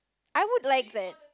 I would like that